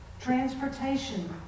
transportation